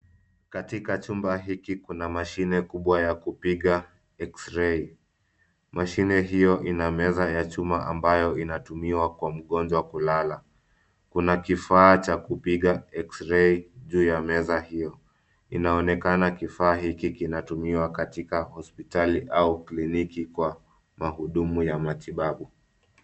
Katika chumba hiki kuna mashine kubwa ya kupiga eksirei. Mashine hiyo ina meza ya chuma ambayo inatumiwa kwa mgonjwa kulala. Kuna kifaa cha kupiga eksirei juu ya meza hio. Inaonekana kifaa hiki kinatumiwa katika hospitali au kliniki kwa mahudumu ya matibabu.